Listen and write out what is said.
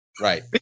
Right